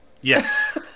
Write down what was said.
Yes